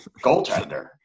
goaltender